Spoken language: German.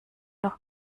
noch